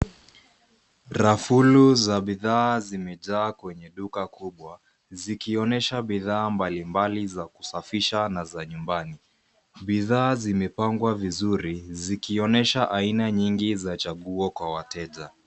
Rafulu za bidhaa zimejaa kwenye duka kubwa zikionyesha bidhaa mbali mbali za kusafisha na za nyumbani. Bidhaa zimepangwa vizuri zikionyesha aina nyingi za chaguo kwa wateja.